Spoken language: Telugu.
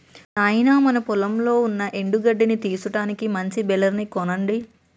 నాయినా మన పొలంలో ఉన్న ఎండు గడ్డిని తీసుటానికి మంచి బెలర్ ని కొనండి